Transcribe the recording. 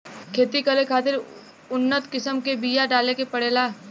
खेती करे खातिर उन्नत किसम के बिया डाले के पड़ेला